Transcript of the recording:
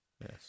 Yes